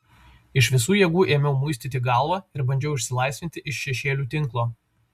iš visų jėgų ėmiau muistyti galvą ir bandžiau išsilaisvinti iš šešėlių tinklo